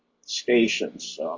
stations